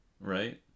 right